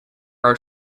are